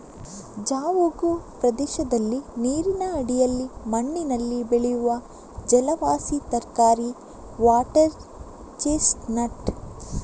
ಜವುಗು ಪ್ರದೇಶದಲ್ಲಿ ನೀರಿನ ಅಡಿಯಲ್ಲಿ ಮಣ್ಣಿನಲ್ಲಿ ಬೆಳೆಯುವ ಜಲವಾಸಿ ತರಕಾರಿ ವಾಟರ್ ಚೆಸ್ಟ್ ನಟ್